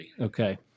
Okay